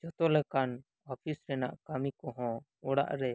ᱡᱷᱚᱛᱚ ᱞᱮᱠᱟᱱ ᱚᱯᱷᱤᱥ ᱨᱮᱭᱟᱜ ᱠᱟᱹᱢᱤ ᱠᱚᱦᱚᱸ ᱚᱲᱟᱜ ᱨᱮ